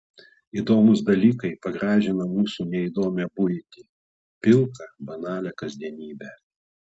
įdomūs dalykai pagražina mūsų neįdomią buitį pilką banalią kasdienybę